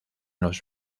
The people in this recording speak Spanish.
los